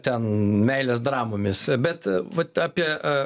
ten meilės dramomis bet vat apie